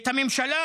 את הממשלה